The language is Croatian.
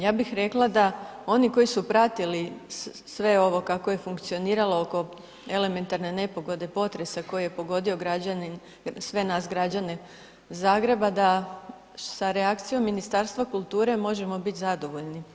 Ja bih rekla da oni koji su pratili sve ovo kako je funkcioniralo oko elementarne nepogode, potresa koji je pogodio građane, sve nas građane Zagreba da sa reakcijom Ministarstva kulture možemo biti zadovoljni.